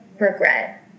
regret